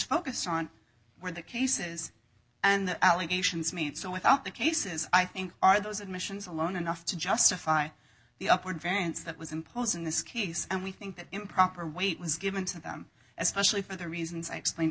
focused on where the cases and the allegations made so without the cases i think are those admissions alone enough to justify the upward variance that was imposed in this case and we think that improper weight was given to them especially for the reasons i explain